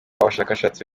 abashakashatsi